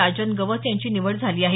राजन गवस यांची निवड झाली आहे